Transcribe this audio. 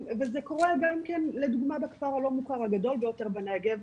וזה קורה גם כן בכפר הלא מוכר הגדול ביותר בנגב,